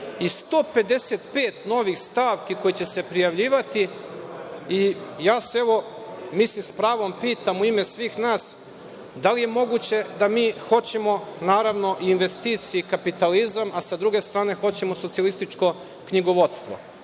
i 155 novih stavki, koji će se prijavljivati i ja se s pravom pitam, u ime svih nas, da li je moguće da mi hoćemo, naravno, investicije i kapitalizam, a sa druge strane, hoćemo socijalističko knjigovodstvo? To